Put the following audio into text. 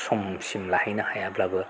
समसिम लाहैनो हायाब्लाबो